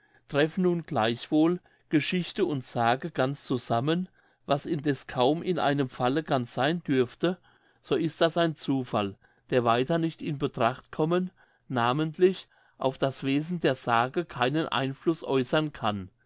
treffen nun gleichwohl geschichte und sage ganz zusammen was indeß kaum in einem falle ganz seyn dürfte so ist das ein zufall der weiter nicht in betracht kommen namentlich auf das wesen der sage keinen einfluß äußern kann